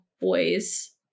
boys